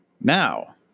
Now